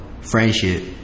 friendship